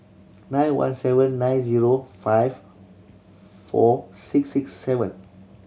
nine one seven nine zero five four six six seven